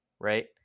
right